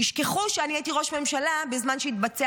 ישכחו שאני הייתי ראש ממשלה בזמן שהתבצע